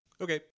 Okay